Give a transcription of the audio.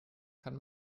kann